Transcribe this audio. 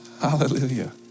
Hallelujah